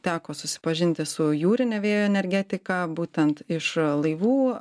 teko susipažinti su jūrinio vėjo energetika būtent iš laivų